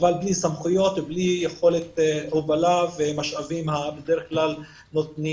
אבל בלי סמכויות ובלי יכולת הובלה ומשאבים שניתנים